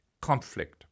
conflict